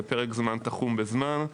בפרק זמן תחום בזמן,